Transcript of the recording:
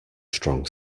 strong